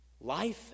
life